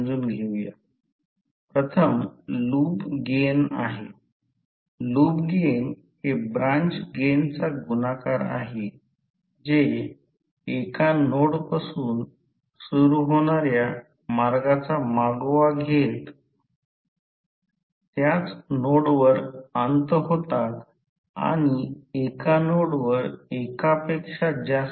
तर काय घडत आहे प्रथम ते येथून आहेत वाढवून ते सॅच्युरेशनपर्यंत पोहोचेल सॅच्युरेशन फ्लक्स डेन्सिटी आठवा